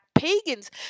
pagans